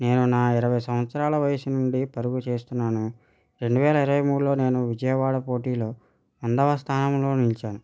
నేను నా ఇరవై సంవత్సరాల వయసు నుండి పరుగు చేస్తున్నాను రెండు వేల ఇరవై మూడులో నేను విజయవాడ పోటీలో రెండవ స్థానంలో నిలిచాను